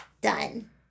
done